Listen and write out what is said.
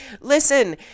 Listen